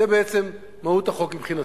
זאת בעצם מהות החוק מבחינתי.